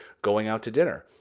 going out to dinner.